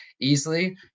easily